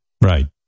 Right